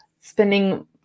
spending